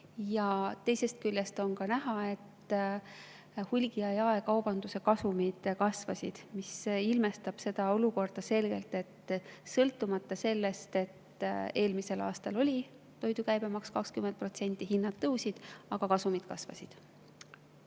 Teisest küljest on ka näha, et hulgi‑ ja jaekaubanduses on kasumid kasvanud, mis ilmestab selgelt seda olukorda, kus sõltumata sellest, et eelmisel aastal oli toidu käibemaks 20%, hinnad tõusid, aga kasumid kasvasid.